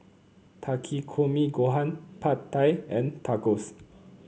Takikomi Gohan Pad Thai and Tacos